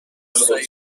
روستای